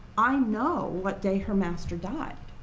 i know what day her master died,